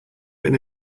been